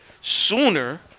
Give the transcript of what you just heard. sooner